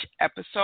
episode